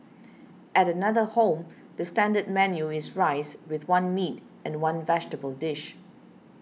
at another home the standard menu is rice with one meat and one vegetable dish